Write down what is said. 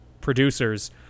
producers